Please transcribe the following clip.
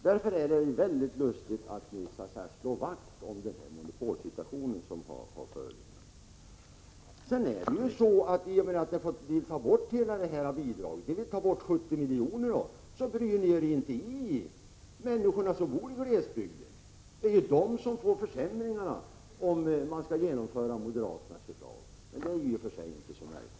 Därför är det väldigt lustigt att ni slår vakt om monopolsituationen. I och med att ni vill ta bort hela bidraget, ta bort 70 miljoner, så bryr ni er inte om människorna som bor i glesbygden — det är ju de som får försämringarna om man skall genomföra moderaternas förslag. Det är i och för sig inte heller så märkvärdigt.